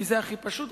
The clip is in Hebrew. כי זה הכי פשוט.